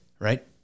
Right